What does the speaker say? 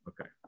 Okay